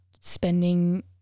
spending